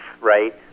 right